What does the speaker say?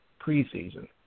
preseason